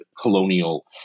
colonial